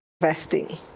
investing